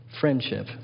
Friendship